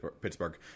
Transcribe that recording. Pittsburgh